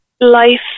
life